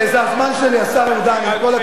זה הזמן שלי, השר ארדן, עם כל הכבוד.